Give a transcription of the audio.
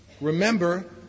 remember